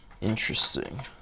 interesting